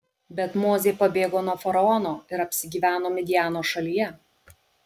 bet mozė pabėgo nuo faraono ir apsigyveno midjano šalyje